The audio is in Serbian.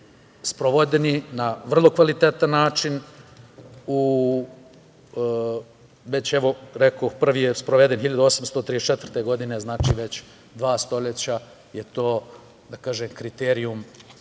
sprovođeni na vrlo kvalitetan način, rekoh prvi je sproveden 1834. godine, znači već dva stoleća je to kriterijum